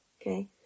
Okay